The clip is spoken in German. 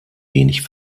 wenig